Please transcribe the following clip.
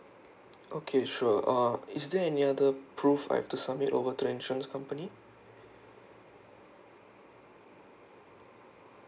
okay sure uh is there any other proof I have to submit over to the insurance company